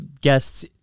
guests